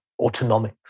autonomics